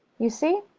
you see?